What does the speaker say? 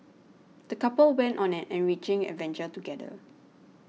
the couple went on an enriching adventure together